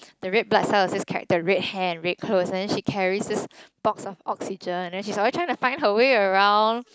the red blood cell is this character red hair and red clothes and then she carries this box of oxygen and then she's always trying to find her way around